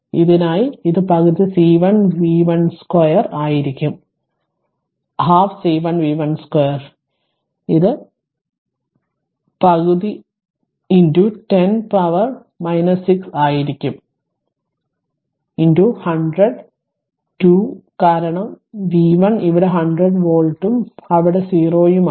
ഇതിനായി ഇത് പകുതി C1 v1 2 ആയിരിക്കും അത് പകുതി 10 പവറിന്റെ 6 ആയിരിക്കും 100 2 കാരണം v1 ഇവിടെ 100 വോൾട്ടും ഉം ഇവിടെ 0 ഉം ആണ്